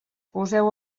poseu